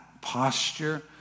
posture